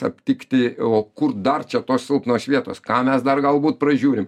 aptikti o kur dar čia tos silpnos vietos ką mes dar galbūt pražiūrim